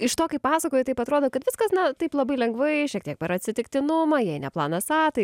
iš to kaip pasakoji taip atrodo kad viskas na taip labai lengvai šiek tiek per atsitiktinumą jei ne planas a tai